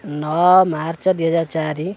ନଅ ମାର୍ଚ୍ଚ ଦୁଇ ହଜାର ଚାରି